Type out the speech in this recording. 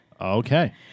Okay